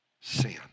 sin